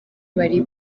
bari